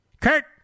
Kurt